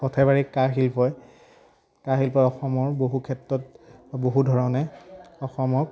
সৰ্থেবাৰীৰ কাঁহ শিল্পই কাঁহ শিল্পই অসমৰ বহু ক্ষেত্ৰত বহু ধৰণে অসমক